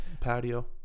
Patio